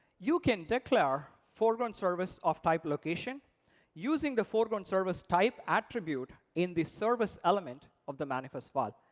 you can declare foreground service of type location using the foreground service type attribute in the service element of the manifest file.